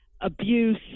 abuse